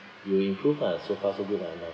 you improve ah so far so good ah now